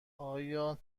آیا